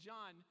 John